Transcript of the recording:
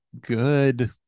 good